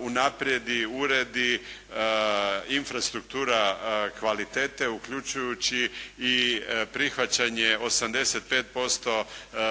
unaprijedi, uredi infrastruktura kvalitete uključujući i prihvaćanje 85%